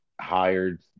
hired